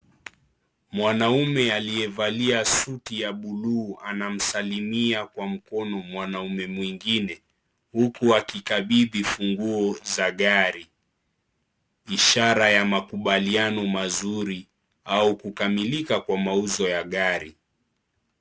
Mwanaume aliyevalia suti ya bulu anamsalimia kwa mkono mwanaume mwingine huku akikabidhi funguo za gari ishara ya makubaliano mazuri au kukamilika kwa mauzo ya gari.